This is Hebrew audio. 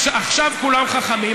עכשיו כולם חכמים,